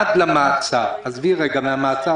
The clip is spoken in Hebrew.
עד למעצר עזבי את המעצר